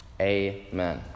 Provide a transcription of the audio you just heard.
Amen